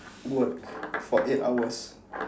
work for eight hours